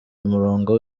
umurongo